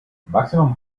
maximum